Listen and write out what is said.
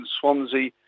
Swansea